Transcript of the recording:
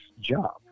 job